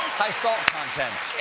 high salt content.